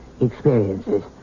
experiences